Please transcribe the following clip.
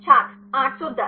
छात्र 810